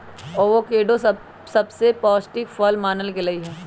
avocado सबसे पौष्टिक फल मानल गेलई ह